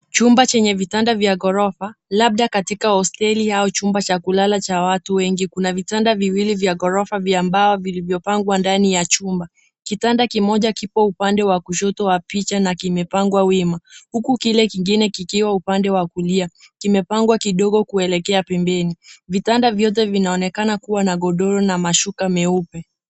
Chumba chenye vitanda vya ghorofa, labda katika hosteli au chumba cha kulala cha watu wengi. Kuna vitanda viwili vya ghorofa vya mbao vilivyopangwa ndani ya chumba. Kitanda kimoja kipo upande wa kushoto wa picha na kimepangwa wima, huku kile kingine kikiwa upande wa kulia. Kimepangwa kidogo kuelekea pembeni. Vitanda vyote vinaonekana kuwa na godoro na mashuka meupe.